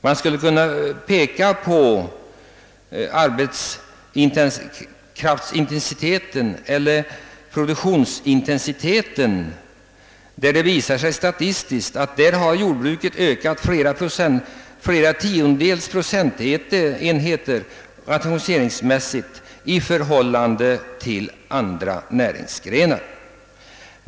Man skulle kunna peka på arbetsintensiteten och produktionsintensiteten. Statistiskt visar det sig att jordbruket rationaliseringsmässigt har ökat flera tiondels procenten heter i produktionsintensitet i förhållande till andra näringsgrenar.